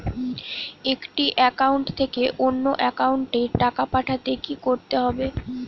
একটি একাউন্ট থেকে অন্য একাউন্টে টাকা পাঠাতে কি করতে হবে?